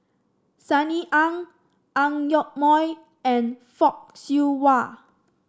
Sunny Ang Ang Yoke Mooi and Fock Siew Wah